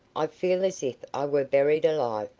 i feel as if i were buried alive,